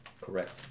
Correct